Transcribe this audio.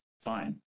fine